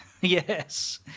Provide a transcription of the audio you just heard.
yes